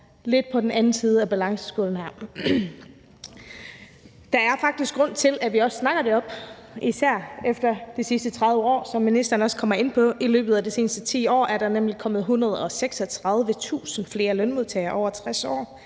lidt i den anden vægtskål her. Der er faktisk grund til, at vi også snakker det op, især efter de sidste 30 år. Som ministeren også kommer ind på, er der nemlig i løbet af de seneste 10 år kommet 136.000 flere lønmodtagere, som er over